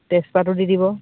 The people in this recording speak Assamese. তেজপাটো দি দিব